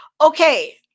Okay